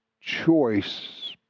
choice